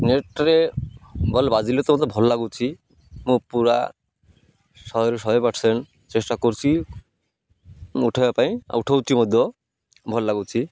ନେଟ୍ରେେ ball ବାଜିଲେ ତ ମୋତେ ଭଲ ଲାଗୁଛି ମୁଁ ପୁରା ଶହେରୁ ଶହେ ପର୍ସେଣ୍ଟ୍ ଚେଷ୍ଟା କରୁଛି ଉଠେଇବା ପାଇଁ ଉଠଉଛି ମଧ୍ୟ ଭଲ୍ ଲାଗୁଛିି